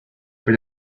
for